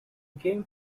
game